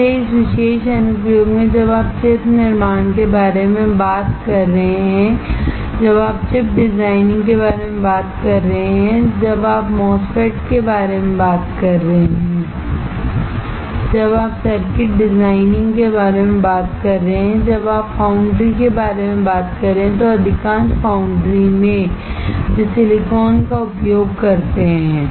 इसीलिए उस विशेष अनुप्रयोग में जब आप चिप निर्माण के बारे में बात कर रहे हैं जब आप चिप डिजाइनिंग के बारे में बात कर रहे हैं जब आप MOSFETs के बारे में बात कर रहे हैं जब आप सर्किट डिजाइनिंग के बारे में बात कर रहे हैं जब आप फाउंड्री के बारे में बात कर रहे हैं तो अधिकांश फाउंड्री में वे सिलिकॉन का उपयोग करते हैं